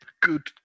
good